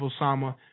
Osama